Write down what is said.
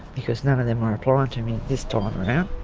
because none of them are applying to me this time around.